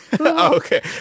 Okay